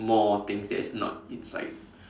more things that is not inside